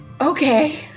Okay